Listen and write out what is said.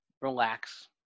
relax